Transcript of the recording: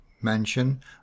mansion